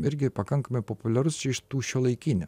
irgi pakankamai populiarus čia iš tų šiuolaikinių